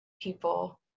people